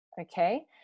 okay